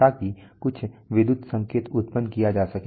ताकि कुछ विद्युत संकेत उत्पन्न किया जा सके